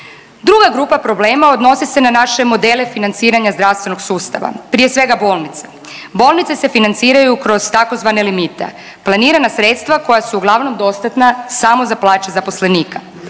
Druga grupa problema odnosi se na naše modele financiranja zdravstvenog sustava, prije svega bolnica. Bolnice se financiraju kroz tzv. limite. Planirana sredstva koja su uglavnom dostatna samo za plaće zaposlenika,